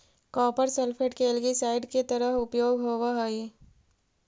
copper sulphate के algicide के तरह उपयोग होवऽ हई